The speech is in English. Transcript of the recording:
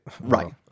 Right